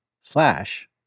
slash